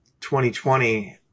2020